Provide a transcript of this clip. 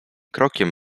krokiem